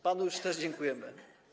Panu już też dziękujemy.